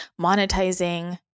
monetizing